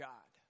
God